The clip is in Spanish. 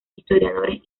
historiadores